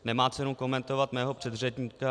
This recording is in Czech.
Nemá cenu komentovat mého předřečníka.